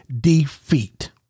defeat